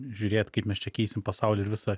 žiūrėt kaip mes čia keisim pasaulį ir visą